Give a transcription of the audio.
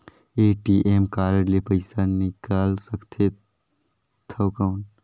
ATM card ले पइसा निकाल सकथे थव कौन?